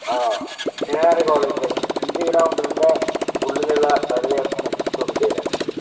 ആ engineering college അടുത്ത് അഞ്ച് കിലോമീറ്ററിൻ്റെ ഉള്ളിലുള്ള പരിധി വരെയാണ് എത്തിച്ചുകൊടുക്കൽ